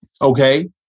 Okay